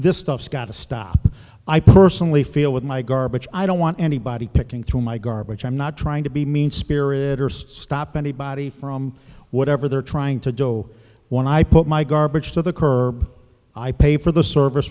this stuff's got to stop i personally feel with my garbage i don't want anybody picking through my garbage i'm not trying to be mean spirited or stop anybody from whatever they're trying to do when i put my garbage to the curb i pay for the service